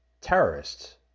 terrorists